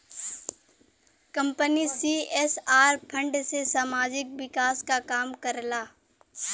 company CSR fund से सामाजिक विकास क काम करला